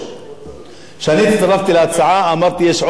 כשאני הצטרפתי להצעה אמרתי: יש בתים נוספים